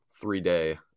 three-day